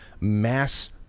mass